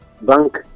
bank